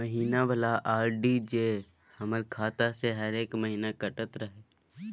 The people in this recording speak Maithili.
महीना वाला आर.डी जे हमर खाता से हरेक महीना कटैत रहे?